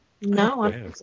No